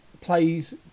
plays